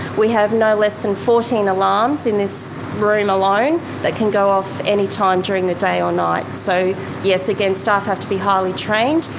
we have no less than fourteen alarms in this room alone that can go off at any time during the day or night. so yes, again, staff have to be highly trained.